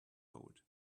old